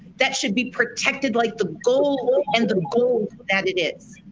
that should be protected like the gold and the gold that it is.